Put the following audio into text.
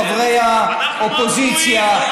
חברי האופוזיציה,